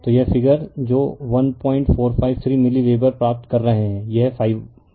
तो यह फिगर जो 1453 मिली वेबर प्राप्त कर रहे है यह ∅1 है